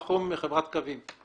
מחברת "קווים".